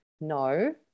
No